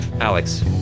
Alex